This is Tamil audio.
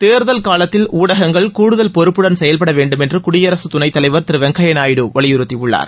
தேர்தல் காலத்தில் ஊடகங்கள் கூடுதல் பொறுப்புடன் செயல்பட வேண்டுமென்று குடியரசுத் துணைத் தலைவர் திரு வெங்கையா நாயுடு வலியுறுத்தியுள்ளார்